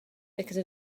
because